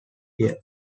here